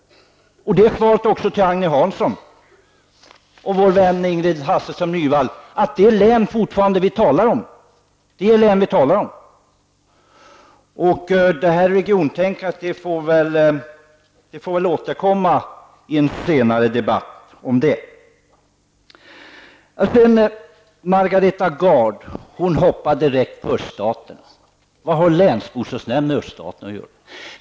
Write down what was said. Det är svaret också till Agne Hansson och vår vän Ingrid Hasselström Nyvall. Det är län vi fortfarande talar om. Regiontänkandet får vi återkomma till i en senare debatt. Margareta Gard hoppar direkt på öststaterna. Vad har länsbostadsnämnderna med öststaterna att göra?